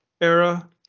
era